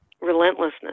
relentlessness